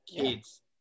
kids